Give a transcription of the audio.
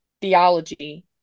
theology